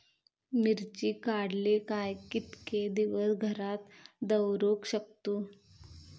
मिर्ची काडले काय कीतके दिवस घरात दवरुक शकतू?